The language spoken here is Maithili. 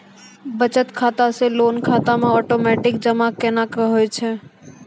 बचत खाता से लोन खाता मे ओटोमेटिक जमा केना होय छै?